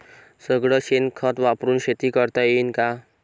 सगळं शेन खत वापरुन शेती करता येईन का?